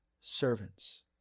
servants